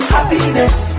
Happiness